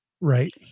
right